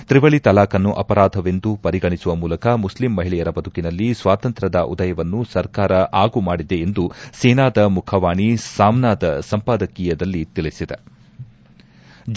ತ್ರಿವಳಿ ತಲಾಕ್ನ್ನು ಅಪರಾಧವೆಂದು ಪರಿಗಣಿಸುವ ಮೂಲಕ ಮುಸ್ಲಿಂ ಮಹಿಳೆಯರ ಬದುಕಿನಲ್ಲಿ ಸ್ವಾತಂತ್ರ್ವದ ಉದಯವನ್ನು ಸರ್ಕಾರ ಆಗು ಮಾಡಿದೆ ಎಂದು ಸೇನಾದ ಮುಖವಾಣಿ ಸಾಮ್ನಾ ದ ಸಂಪಾದಕೀಯದಲ್ಲಿ ತಿಳಿಬದೆ